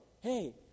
hey